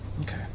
Okay